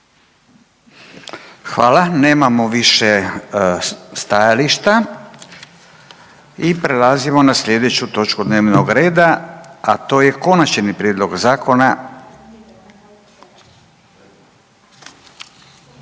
Nemamo više stajališta i prelazimo na slijedeću točku dnevnog reda, a to je: -Konačni prijedlog Zakona